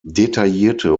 detaillierte